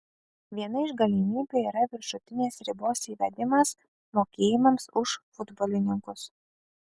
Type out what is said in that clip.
viena iš galimybių yra viršutinės ribos įvedimas mokėjimams už futbolininkus